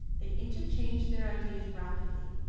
they interchanged their ideas rapidly,